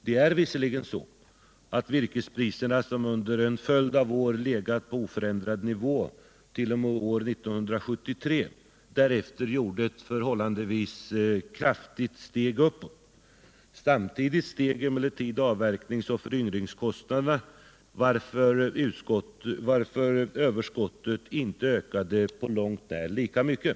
Det är visserligen sant att virkespriserna, som under en följd av år hade legat på oförändrad nivå t.o.m. år 1973, efter detta år steg förhållandevis kraftigt, men samtidigt steg avverkningsoch föryngringskostnaderna, varför överskottet inte ökade på långt när lika mycket.